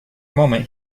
moment